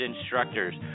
Instructors